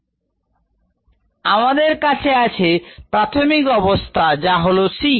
dxxμdt ln x μtc আমাদের কাছে আছে প্রাথমিক অবস্থা যা হলো c